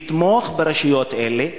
לתמוך ברשויות האלה.